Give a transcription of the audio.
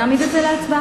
ונעמיד את זה להצבעה.